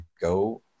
go